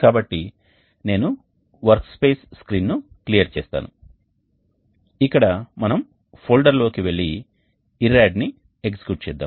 కాబట్టి నేను వర్క్స్పేస్ స్క్రీన్ను క్లియర్ చేస్తాను ఇక్కడ మనం ఫోల్డర్లోకి వెళ్లి ఇరాడ్ని ఎగ్జిక్యూట్ చేద్దాం